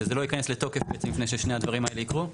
וזה לא ייכנס לתוקף בעצם לפני ששני הדברים האלה יקרו?